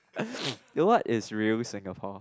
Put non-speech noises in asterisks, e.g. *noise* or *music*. *noise* what is real Singapore